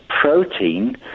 protein